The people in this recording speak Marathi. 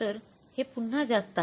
तर हे पुन्हा जास्त आहे